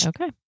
Okay